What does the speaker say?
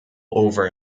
over